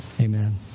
Amen